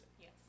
Yes